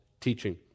teaching